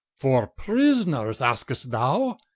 for prisoners askst thou?